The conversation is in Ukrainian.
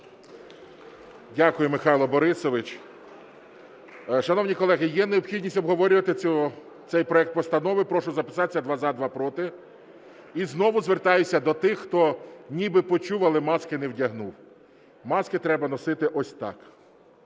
Дякую, Михайло Борисович. Шановні колеги, є необхідність обговорювати цей проект постанови? Прошу записатися: два – за, два – проти. І знову звертаюся до тих, хто ніби почув, але маски не вдягнув. Маски треба носити ось так: